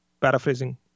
paraphrasing